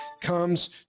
comes